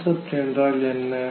concept என்றால் என்றால் என்ன